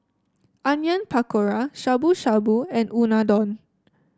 Onion Pakora Shabu Shabu and Unadon